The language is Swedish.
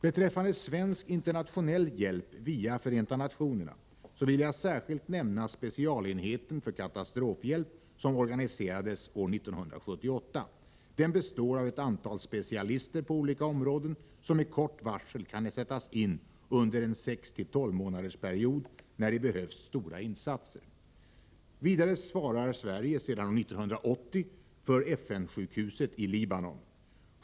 Beträffande svensk internationell hjälp via Förenta nationerna vill jag särskilt nämna specialenheten för katastrofhjälp som organiserades år 1978. Den består av ett antal specialister på olika områden som med kort varsel kan sättas in under en 6-12 månaders period när det behövs stora insatser. Vidare svarar Sverige sedan år 1980 för FN-sjukhuset i Libanon.